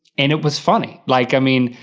and it was funny, like i mean,